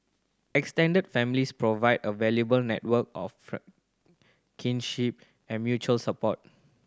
extended families provide a valuable network of kinship and mutual support